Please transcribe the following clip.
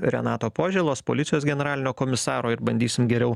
renato požėlos policijos generalinio komisaro ir bandysim geriau